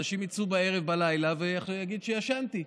אנשים יצאו בערב, בלילה, ויגידו שישנו.